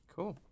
Cool